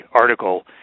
article